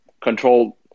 control –